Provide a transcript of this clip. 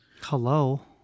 Hello